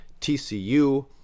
TCU